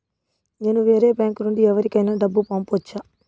నేను వేరే బ్యాంకు నుండి ఎవరికైనా డబ్బు పంపొచ్చా?